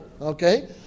okay